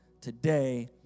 today